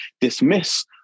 dismiss